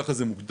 ככה זה מוגדר.